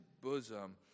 bosom